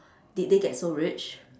did they get so rich